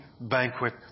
banquet